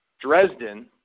Dresden